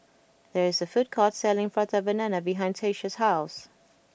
there is a food court selling Prata Banana behind Tyesha's house